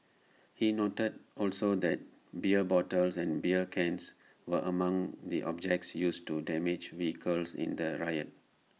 he noted also that beer bottles and beer cans were among the objects used to damage vehicles in the riot